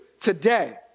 today